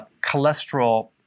cholesterol